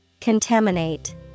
Contaminate